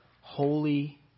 Holy